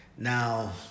Now